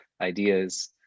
ideas